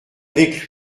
avec